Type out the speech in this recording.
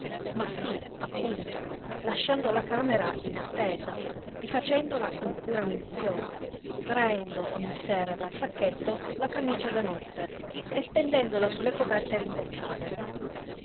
ma sí appunto lasciando la camera in attesa rifacendola con cura minuziosa traendo ogni sera dal sacchetto la camicia da notte e stendendola su le coperte rimboccate